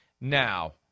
now